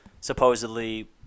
supposedly